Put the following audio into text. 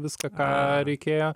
viską ką reikėjo